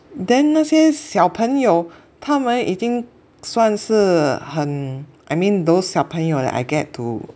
then 那些小朋友他们已经算是很 I mean those 小朋友 like I get to